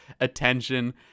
attention